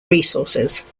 resources